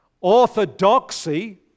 orthodoxy